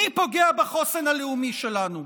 מי פוגע בחוסן הלאומי שלנו?